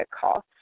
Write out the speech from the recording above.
call